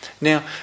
Now